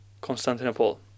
Constantinople